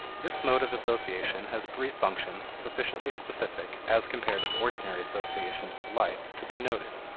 this mode of association has three functions sufficiently specific, as compared with ordinary associations of life, to be noted.